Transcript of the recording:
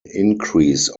increase